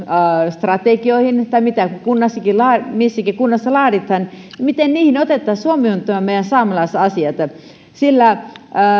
strategioissa tai mitä missäkin missäkin kunnassa laaditaan otettaisiin huomioon meidän saamelaisasiat sillä